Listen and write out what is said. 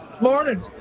Morning